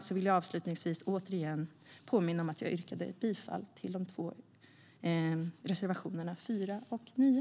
Jag vill avslutningsvis påminna om att jag yrkar bifall till reservationerna 4 och 9.